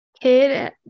Kid